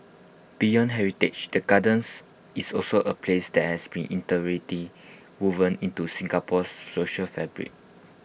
beyond heritage the gardens is also A place that has been woven into Singapore's social fabric